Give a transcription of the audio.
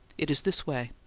it is this way.